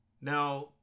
Now